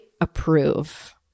approve